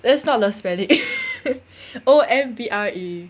that's not the spelling O M B R E